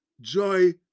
joy